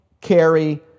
Carry